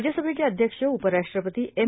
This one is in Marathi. राज्यसभेचे अध्यक्षए उपराष्ट्रपतीए एम